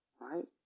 Right